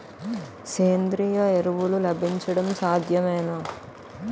సేంద్రీయ ఎరువులు లభించడం సాధ్యమేనా?